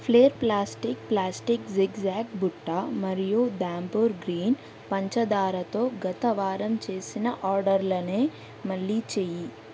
flare plastics plastic zigzag బుట్ట మరియు Dhampur green పంచదారతో గత వారం చేసిన ఆర్డర్లనే మళ్ళీ చెయ్యి